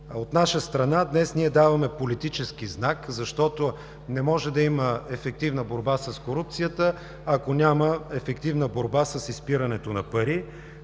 От наша страна днес даваме политически знак, защото не може да има ефективна борба с корупцията, ако няма ефективна борба с изпирането на пари.